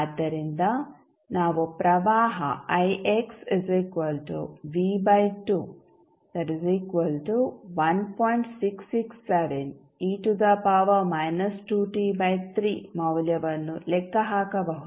ಆದ್ದರಿಂದ ನಾವು ಪ್ರವಾಹ ಮೌಲ್ಯವನ್ನು ಲೆಕ್ಕ ಹಾಕಬಹುದು